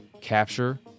capture